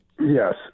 Yes